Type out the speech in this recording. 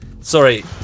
Sorry